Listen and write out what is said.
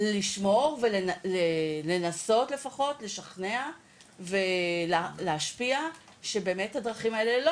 לשמור ולנסות לפחות לשכנע ולהשפיע שבאמת הדרכים האלה לא